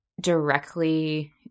directly